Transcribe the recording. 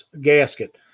gasket